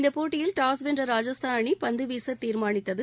இந்தப் போட்டியில் டாஸ் வென்ற ராஜஸ்தான் அணி பந்து வீச தீர்மானித்தது